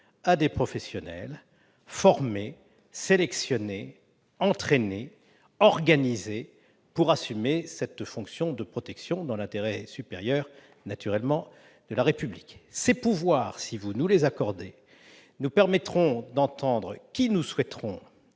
à des professionnels formés, sélectionnés, entraînés et organisés pour assumer cette fonction de protection, dans l'intérêt supérieur de la République. Ces pouvoirs, si vous nous les accordez, nous permettront, d'une part, d'auditionner